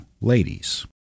ladies